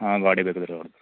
ಹಾಂ ಗಾಡಿ ಬೇಕಾದರೆ ತಗೊಳ್ಳಿ